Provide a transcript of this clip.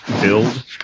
build